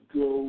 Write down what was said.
go